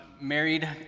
married